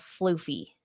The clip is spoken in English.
floofy